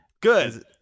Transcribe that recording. Good